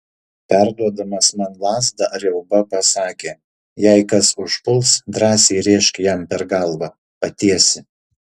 perduodamas man lazdą riauba pasakė jei kas užpuls drąsiai rėžk jam per galvą patiesi